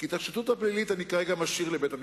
כי את השחיתות הפלילית אני כרגע משאיר לבית-המשפט.